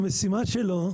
המשימה שלו,